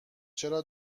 چرا